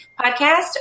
podcast